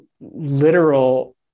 literal